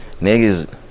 niggas